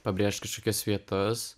pabrėš kažkokias vietas